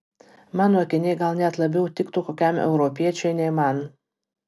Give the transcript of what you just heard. mano akiniai gal net labiau tiktų kokiam europiečiui nei man